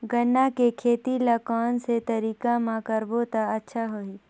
गन्ना के खेती ला कोन सा तरीका ले करबो त अच्छा होही?